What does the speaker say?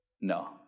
No